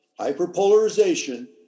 Hyperpolarization